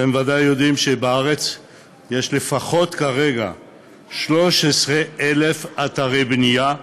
אתם בוודאי יודעים שבארץ יש כרגע לפחות 13,000 אתרי בנייה,